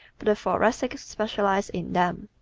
but the thoracic specializes in them.